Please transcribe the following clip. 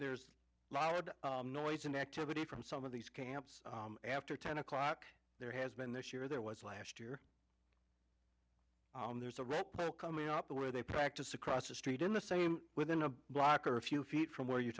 there's a lot of noise and activity from some of these camps after ten o'clock there has been this year there was last year there's a rep coming up where they practice across the street in the same within a block or a few feet from where you're